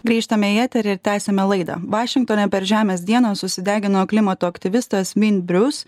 grįžtame į eterį ir tęsiame laidą vašingtone per žemės dieną susidegino klimato aktyvistas min brius